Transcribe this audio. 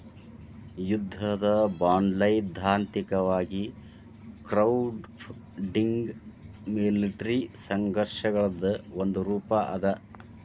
ಯುದ್ಧದ ಬಾಂಡ್ಸೈದ್ಧಾಂತಿಕವಾಗಿ crowdfunding military ಸಂಘರ್ಷಗಳದ್ ಒಂದ ರೂಪಾ ಅದ